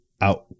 out